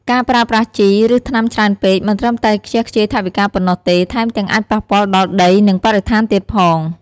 ការប្រើប្រាស់ជី ឬថ្នាំច្រើនពេក មិនត្រឹមតែខ្ជះខ្ជាយថវិកាប៉ុណ្ណោះទេ ថែមទាំងអាចប៉ះពាល់ដល់ដី និងបរិស្ថានទៀតផង។